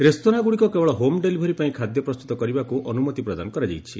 ରେସ୍ତୋରାଁଗୁଡ଼ିକ କେବଳ home delivery ପାଇଁ ଖାଦ୍ୟ ପ୍ରସ୍ତୁତ କରିବାକୁ ଅନୁମତି ପ୍ରଦାନ କରାଯାଇଛି